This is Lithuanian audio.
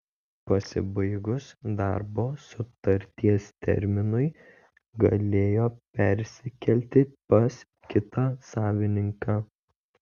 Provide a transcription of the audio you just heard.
pasibaigus darbo sutarties terminui galėjo persikelti pas kitą savininką